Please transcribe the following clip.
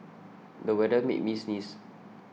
the weather made me sneeze